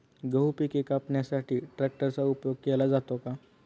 गहू पिके कापण्यासाठी ट्रॅक्टरचा उपयोग केला जातो का?